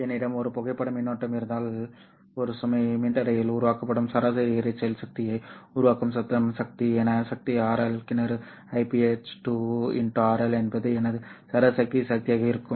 என்னிடம் ஒரு புகைப்பட மின்னோட்டம் இருந்தால் ஒரு சுமை மின்தடையில் உருவாக்கப்படும் சராசரி இரைச்சல் சக்தியை உருவாக்கும் சத்தம் சக்தி என்ன சக்தி RL கிணறு Iph 2 x RL என்பது எனது சராசரி சக்தியாக இருக்கும்